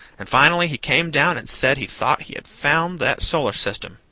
and finally he came down and said he thought he had found that solar system,